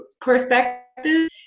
perspective